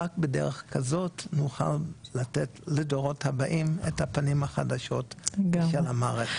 רק בדרך כזאת נוכל לתת לדורות הבאים את הפנים החדשות כפי שאמר.